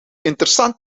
interessant